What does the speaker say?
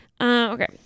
Okay